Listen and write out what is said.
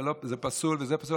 זה פסול וזה פסול,